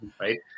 Right